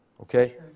Okay